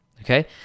Okay